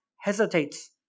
hesitates